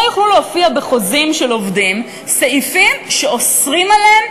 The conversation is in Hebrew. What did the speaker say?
שלא יוכלו להופיע בחוזים של עובדים סעיפים שאוסרים עליהם